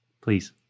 please